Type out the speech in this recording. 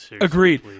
agreed